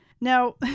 Now